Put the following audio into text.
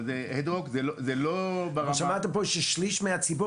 אבל זה לא ברמה --- שמעת פה ששליש מהציבור